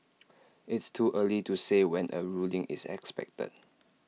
it's too early to say when A ruling is expected